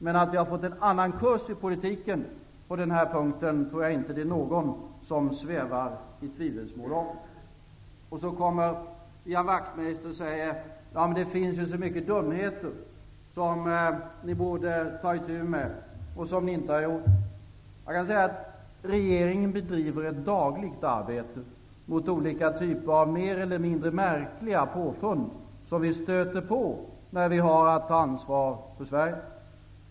Jag tror dock inte att någon svävar i tvivelsmål om att vi har fått en annan kurs i politiken på den här punkten. Ian Wachtmeister säger att det finns många dumheter som vi borde ta itu med och att vi inte har gjort. Jag kan säga att regeringen bedriver ett dagligt arbete mot olika typer av mer eller mindre märkliga påfund, som vi stöter på när vi har att ta ansvar för Sverige.